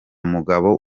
mugabo